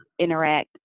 interact